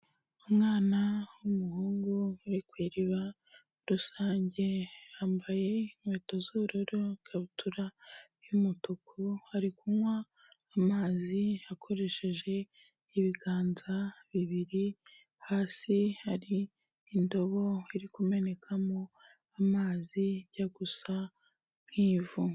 Umwana w'umuhungu uri ku iriba rusange yambaye inkweto z'ubururu n'ikabutura y'umutuku, ari kunywa amazi akoresheje ibiganza bibiri hasi hari indobo iri kumenekamo amazi ijya gusa nk'ivu.